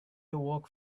awoke